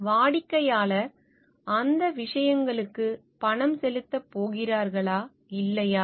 வாடிக்கையாளர் அந்த விஷயங்களுக்கு பணம் செலுத்தப் போகிறார்களா இல்லையா